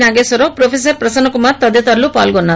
Nageswararao professor Prasanna Kumar తదితరులు పాల్గొన్నారు